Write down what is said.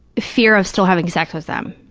fear of still having sex with them.